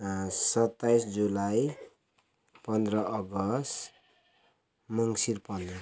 सताइस जुलाई पन्ध्र अगस्त मङ्ग्सिर पन्ध्र